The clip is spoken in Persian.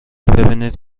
ببینید